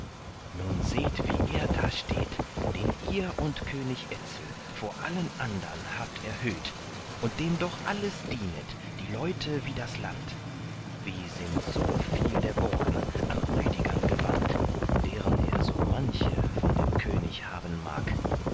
nun seht wie er da steht den ihr und könig etzel vor allen andern habt erhöht und dem doch alles dienet die leute wie das land wie sind so viel der burgen an rüdigern gewandt deren er so manche von dem könig haben mag